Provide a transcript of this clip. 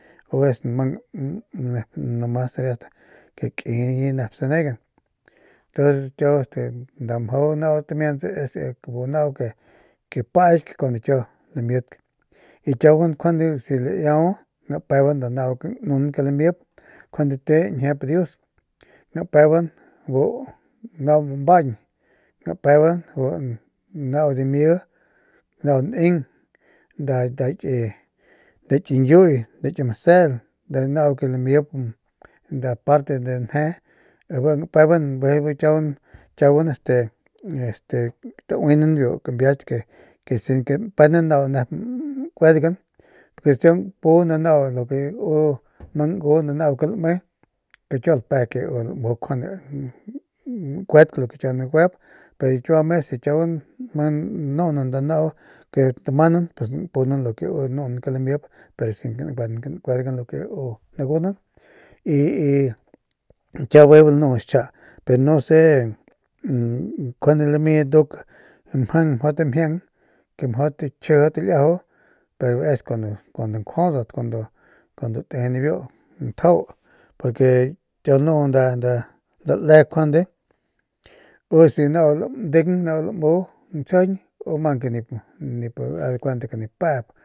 Ntu kiau este nda mjau nau tamiantse osea bu nau ke paayk cuandu lamidk y kiaguan njuande si laau gapayban nda nau ke mjau lamip njuande te ñjiep dius gapayban bu nau mambaañ gapayban bu nau dimi nau neng nda ki nda kiñki u y nda ki masel nda nau ke lamayp nda parte de nse bi gapayban bijiy kiaguan kiaguan este este tauinan biu kambiaky ke sin ke gapenan ke nau nkudgan y si kiau gapunda nau lu ke lamang ngu nda nau ke lame ntu kiau lape ke lamuk njuande lakudk lo ke kiau naguayp pero kiau me si kiauguan manang y lanuunan nda nau gapunan ke lamp pero sin ke nguen lakuedgan lu ke nagun y kiau bijiy bu lanu xcjia pe no se njuande lamdat nduk mjang mjau tamjiangke mjau takjiji taliajau pero es cuando nkjuaudat kuandu te nibiu ntjau porque kiau lanuunda le njuande u si nau landeung u lamu nsjijiñ u mang ke nip nip a de cuenta que nip paayp.